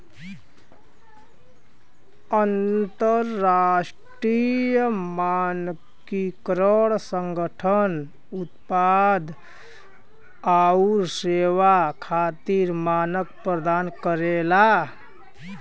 अंतरराष्ट्रीय मानकीकरण संगठन उत्पाद आउर सेवा खातिर मानक प्रदान करला